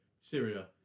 Syria